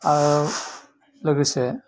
आरो लोगोसे